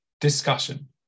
Discussion